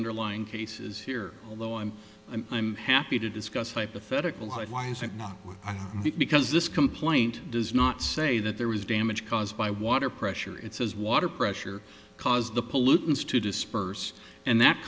underlying case is here although i'm i'm happy to discuss hypothetical why is it not because this complaint does not say that there was damage caused by water pressure it's as water pressure caused the pollutants to disperse and that